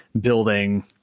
building